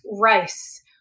rice